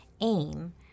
aim